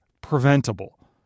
preventable